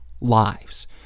lives